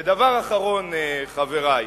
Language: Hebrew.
ודבר אחרון, חברי,